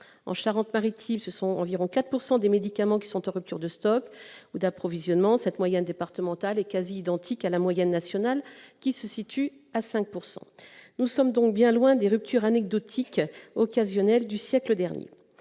la Charente-Maritime, environ 4 % des médicaments sont en rupture de stock ou d'approvisionnement. Cette moyenne départementale est quasi équivalente à la moyenne nationale, qui se situe à 5 %. Nous sommes donc bien loin des ruptures anecdotiques occasionnelles du siècle dernier.